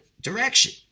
direction